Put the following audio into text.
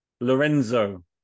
Lorenzo